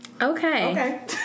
Okay